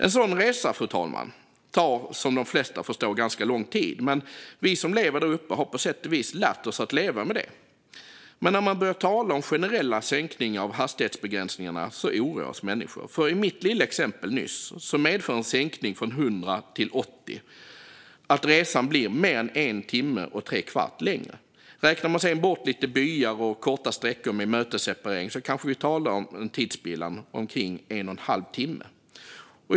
En sådan resa tar som de flesta förstår ganska lång tid, men vi som lever där uppe har på sätt och vis lärt oss att leva med det. Men när man börjar tala om generella sänkningar av hastighetsbegränsningarna oroas människor, för i mitt lilla exempel nyss medför en sänkning från 100 till 80 att resan blir mer än en timme och tre kvart längre. Räknar man sedan bort lite byar och korta sträckor med mötesseparering kanske vi talar om en tidsspillan på omkring en och en halv timme.